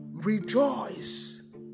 rejoice